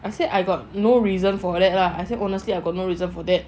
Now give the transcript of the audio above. I said I got no reason for that lah I say honestly I got no reason for that